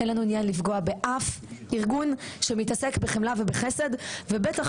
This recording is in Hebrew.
אין לנו עניין לפגוע באף ארגון שמתעסק בחמלה ובחסד ובטח